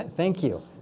thank you.